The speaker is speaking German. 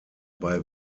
bei